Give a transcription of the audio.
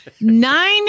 nine